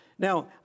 Now